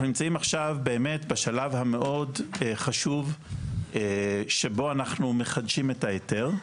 אנחנו נמצאים עכשיו באמת בשלב המאוד חשוב שבו אנחנו מחדשים את ההיתר,